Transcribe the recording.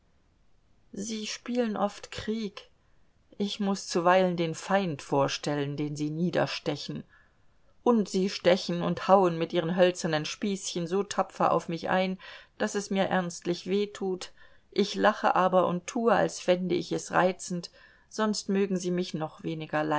sie spielen oft krieg ich muß zuweilen den feind vorstellen den sie niederstechen und sie stechen und hauen mit ihren hölzernen spießchen so tapfer auf mich ein daß es mir ernstlich weh tut ich lache aber und tue als fände ich es reizend sonst mögen sie mich noch weniger